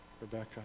Rebecca